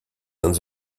indes